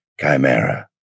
Chimera